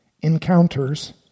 encounters